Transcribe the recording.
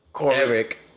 Eric